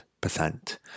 percent